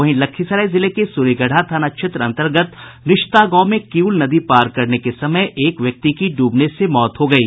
वहीं लखीसराय जिले के स्र्यगढ़ा थाना क्षेत्र अंतर्गत निश्ता गांव में किऊल नदी पार करने के समय एक व्यक्ति की डूबने से मौत हो गयी